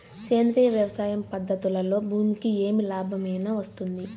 సేంద్రియ వ్యవసాయం పద్ధతులలో భూమికి ఏమి లాభమేనా వస్తుంది?